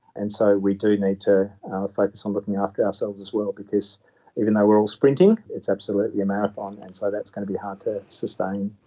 and so we do need to focus on looking after ourselves as well because even though we are all sprinting, it is absolutely a marathon, and so that is going to be hard to sustain.